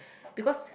because